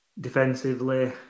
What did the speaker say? defensively